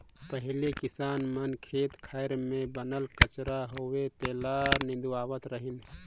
पहिले किसान मन खेत खार मे बन कचरा होवे तेला निंदवावत रिहन